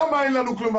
למה אין לנו כלום?